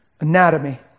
Anatomy